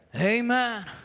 Amen